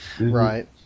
Right